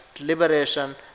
liberation